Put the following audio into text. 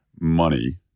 money